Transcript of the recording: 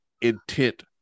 intent